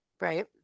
Right